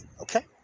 okay